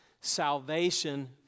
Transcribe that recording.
salvation